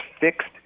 fixed